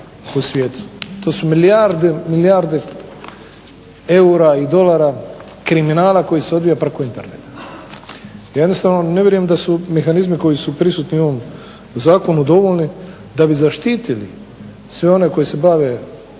u svijetu. To su milijarde, milijarde eura i dolara, kriminala koji se odvija preko interneta. Ja jednostavno ne vjerujem da su mehanizmi koji su prisutni u ovom zakonu dovoljni da bi zaštitili sve one koji se bave